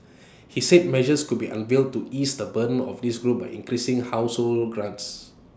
he said measures could be unveiled to ease the burden of this group by increasing grants